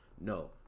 No